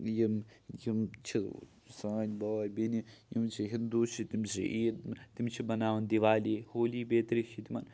یِم یِم چھِ سٲنۍ بٲے بیٚنہِ یِم چھِ ہِندوٗ چھِ تِم چھِ عید تِم چھِ بَناوان دیوالی ہولی بیترِ چھِ تِمَن